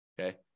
Okay